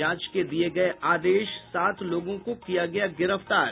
जांच के दिये गये आदेश सात लोगों को किया गया गिरफ्तार